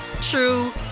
true